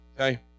Okay